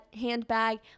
handbag